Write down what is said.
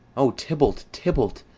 o tybalt, tybalt,